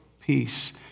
peace